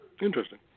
Interesting